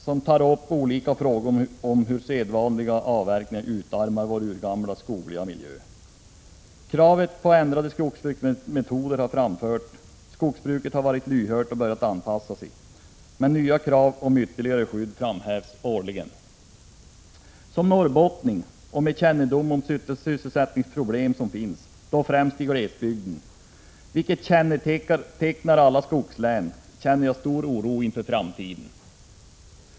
Man tar upp olika frågor om hur sedvanliga avverkningar utarmar vår urgamla skogliga miljö. Krav på ändrade skogs bruksmetoder har framförts. Skogsbruket har varit lyhört och börjat anpassa sig, men nya krav om ytterligare skydd framhävs årligen. Som norrbottning med kännedom om de sysselsättningsproblem som finns främst i glesbygden, vilket kännetecknar alla skogslän, känner jag stor oro inför framtiden.